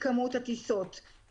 ושכרגע כניסתם לא אסורה,